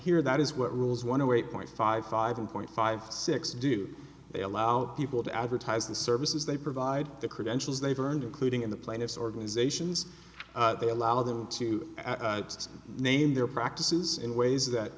here that is what rules want to eight point five five point five six do they allow people to advertise the services they provide the credentials they've earned including in the plaintiff's organizations that allow them to name their practices in ways that